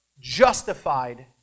justified